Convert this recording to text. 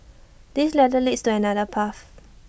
this ladder leads to another path